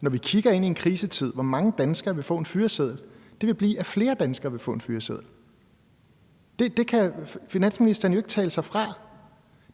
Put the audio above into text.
Når vi kigger ind i en krisetid, hvor mange danskere vil så få en fyreseddel? Konsekvensen vil blive, at flere danskere vil få en fyreseddel. Det kan finansministeren ikke tale sig fra.